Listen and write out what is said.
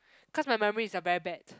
cause my memory is a very bad